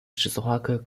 十字花科